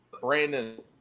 Brandon